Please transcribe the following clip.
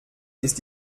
ist